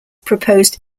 proposed